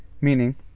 Meaning